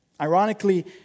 Ironically